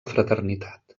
fraternitat